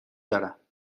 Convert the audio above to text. دارم